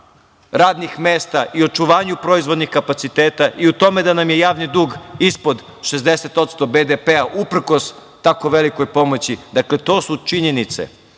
radnih mesta i očuvanju proizvodnih kapaciteta i u tome da nam je javni dug ispod 60% BDP-a, uprkos tako velikoj pomoći. Dakle, to su činjenice.